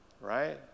Right